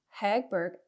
Hagberg